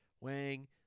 Wang